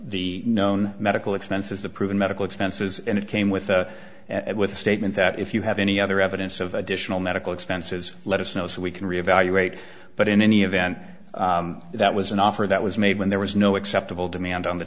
the known medical expenses the proven medical expenses and it came with at with a statement that if you have any other evidence of additional medical expenses let us know so we can re evaluate but in any event that was an offer that was made when there was no acceptable demand on the